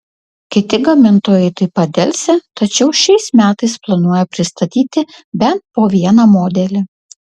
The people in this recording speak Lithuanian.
kiti gamintojai taip pat delsia tačiau šiais metais planuoja pristatyti bent po vieną modelį